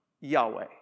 Yahweh